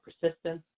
persistence